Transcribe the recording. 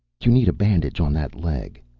you need a bandage on that leg.